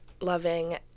loving